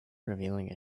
revealing